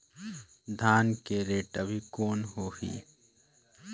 धान के रेट अभी कौन होही?